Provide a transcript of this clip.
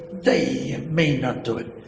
they may not do it.